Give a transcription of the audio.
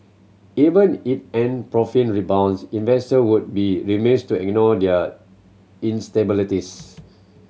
even if Ant profit rebounds investor would be remiss to ignore their instabilities